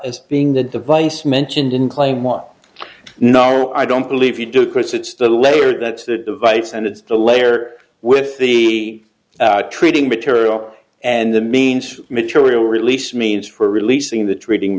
as being the device mentioned in claim one no i don't believe you do because it's the layer that's the device and it's the layer with the treating material and the means material release means for releasing the trading